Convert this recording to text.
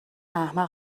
احمق